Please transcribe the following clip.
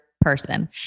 person